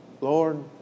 Lord